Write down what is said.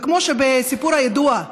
כמו בסיפור הידוע: